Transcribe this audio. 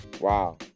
Wow